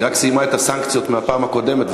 היא רק סיימה את הסנקציות מהפעם הקודמת,